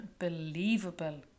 unbelievable